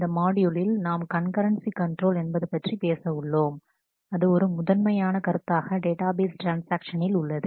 இந்த மாட்யூலில் நாம் கண்கரன்சி கண்ட்ரோல் என்பது பற்றி பேச உள்ளோம் அது ஒரு முதன்மையான கருத்தாக டேட்டாபேஸ் ட்ரான்ஸ்ஆக்ஷனில் உள்ளது